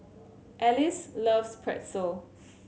Alice loves Pretzel